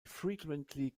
frequently